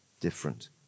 different